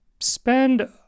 spend